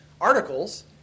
articles